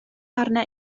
arna